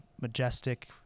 majestic